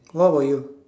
what were you